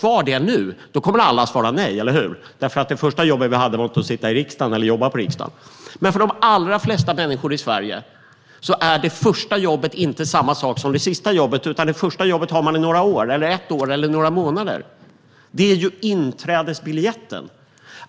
Alla kommer att svara nej, eller hur? Det första jobb vi hade var inte i riksdagen. För de allra flesta människor i Sverige är det första jobbet inte samma sak som det sista jobbet. Det första jobbet har man i några år, ett år eller några månader. Det är inträdesbiljetten.